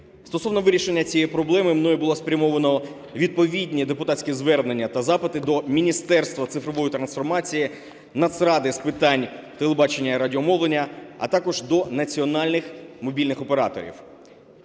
Стосовно вирішення цієї проблеми мною були спрямовані відповідні депутатські звернення та запити до Міністерства цифрової трансформації, Нацради з питань телебачення і радіомовлення, а також до національних мобільних операторів.